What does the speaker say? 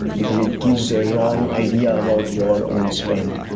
because it gives a wrong idea about your own spend.